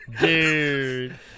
dude